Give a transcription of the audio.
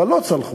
אבל לא הצליחו.